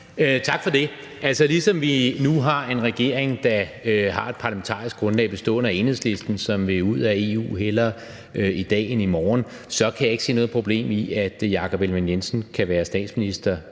Tak for det. Altså, ligesom vi nu har en regering, der har et parlamentarisk grundlag bestående af Enhedslisten, som vil ud af EU – hellere i dag end i morgen – så kan jeg ikke se noget problem i, at Jakob Ellemann-Jensen kan være statsminister,